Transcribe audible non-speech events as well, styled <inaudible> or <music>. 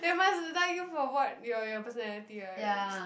they must like you for what your your personality right <noise>